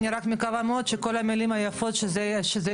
אני רק מקווה מאוד שכל המילים היפות לא